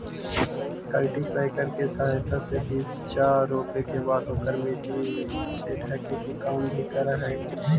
cultipacker के सहायता से बीचा रोपे के बाद ओकरा मट्टी से ढके के काम भी करऽ हई